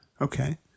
Okay